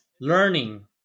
learning